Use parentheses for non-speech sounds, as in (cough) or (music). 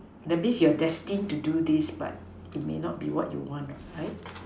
that means you're destined to do this but it may not be what you want (noise) right